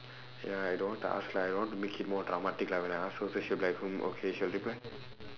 !haiya! I don't want to ask lah I don't want to make it more dramatic like when I ask her say she'll be like hmm okay she'll reply